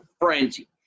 frenzy